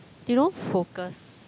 they don't focus